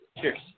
Cheers